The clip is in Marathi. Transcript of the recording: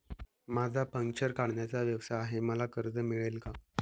माझा पंक्चर काढण्याचा व्यवसाय आहे मला कर्ज मिळेल का?